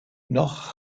noch